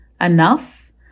enough